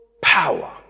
power